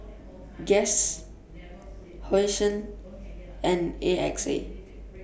Guess Hosen and A X A